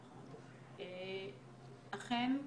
אכן,